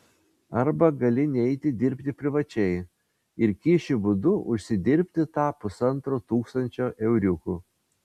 arba gali neiti dirbti privačiai ir kyšių būdu užsidirbti tą pusantro tūkstančio euriukų